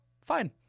fine